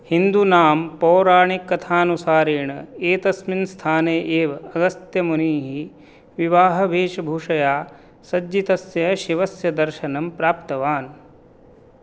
हिन्दूनां पौराणिककथानुसारेण एतस्मिन् स्थाने एव अगस्त्यमुनिः विवाहवेशभूषया सज्जितस्य शिवस्य दर्शनं प्राप्तवान्